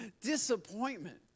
disappointment